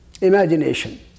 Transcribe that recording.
Imagination